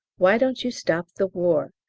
why don't you stop the war?